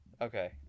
Okay